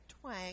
twang